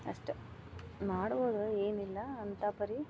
ಅಷ್ಟ ಮಾಡ್ಬೋದು ಏನಿಲ್ಲ ಅಂಥಾ ಪರಿ